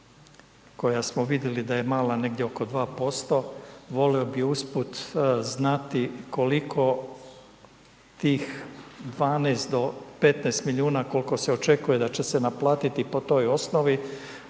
koja smo vidjeli da je mala, negdje oko 2% volio bi usput znati koliko tih 12 do 15 milijuna kolko se očekuje da će se naplatiti po toj osnovi,